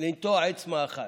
לנטוע עץ מאכל.